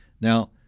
Now